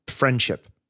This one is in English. friendship